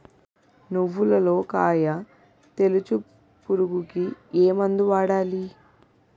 నువ్వులలో కాయ తోలుచు పురుగుకి ఏ మందు వాడాలి?